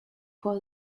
for